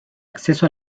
acceso